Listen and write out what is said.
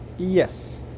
yes.